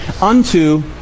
unto